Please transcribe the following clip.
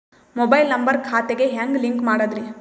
Mobile number ಖಾತೆ ಗೆ ಹೆಂಗ್ ಲಿಂಕ್ ಮಾಡದ್ರಿ?